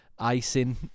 Icing